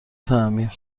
تعمیر